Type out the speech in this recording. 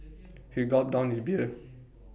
he gulped down his beer